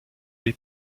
les